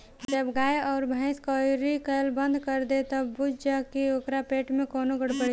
जब गाय अउर भइस कउरी कईल बंद कर देवे त बुझ जा की ओकरा पेट में कवनो गड़बड़ी बा